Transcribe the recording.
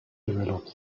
develop